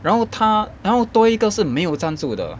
然后他然后多一个是没有站住的